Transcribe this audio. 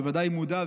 בוודאי מודע,